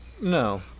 No